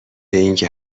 اینکه